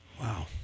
Wow